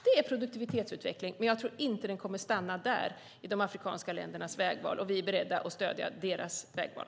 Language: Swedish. Det är produktivitetsutveckling, men jag tror inte att den kommer att stanna där i de afrikanska ländernas vägval. Och vi är beredda att stödja deras vägval.